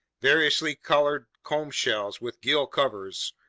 variously colored comb shells with gill covers,